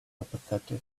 apathetic